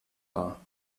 war